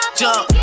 jump